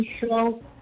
show